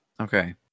Okay